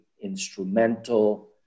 instrumental